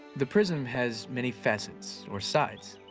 the prism has many facets, or sides,